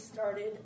started